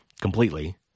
completely